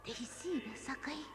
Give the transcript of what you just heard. teisybę sakai